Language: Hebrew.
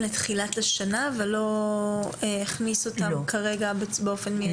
לתחילת השנה ולא הכניס אותם כרגע באופן מיידי?